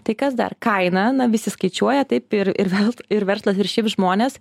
tai kas dar kaina na visi skaičiuoja taip ir ir velt ir verslas ir šiaip žmonės